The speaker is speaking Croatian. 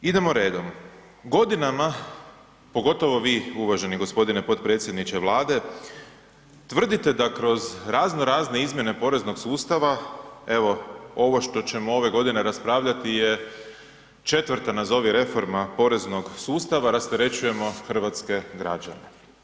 Idemo radom, godinama, pogotovo vi uvaženi g. potpredsjedniče Vlade tvrdite da kroz razno razne izmjene poreznog sustava evo ovo što ćemo ove godine raspravljati je 4. nazovi reforma poreznog sustava, rasterećujemo hrvatske građane.